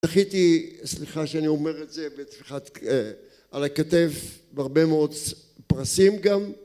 שיחיתי, סליחה שאני אומר את זה, על הכתב בהרבה מאוד פרסים גם